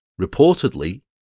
Reportedly